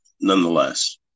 nonetheless